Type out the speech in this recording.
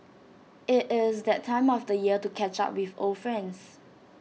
IT is that time of year to catch up with old friends